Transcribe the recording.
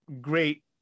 great